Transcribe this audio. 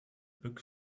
book